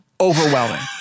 overwhelming